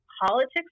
politics